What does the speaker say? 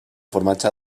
formatge